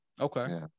Okay